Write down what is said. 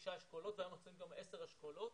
חמישה אשכולות והיום יוצרים עוד עשרה אשכולות